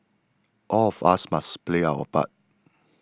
all of us must play our part